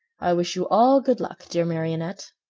i wish you all good luck, dear marionette.